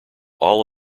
all